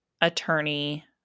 attorney